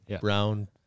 brown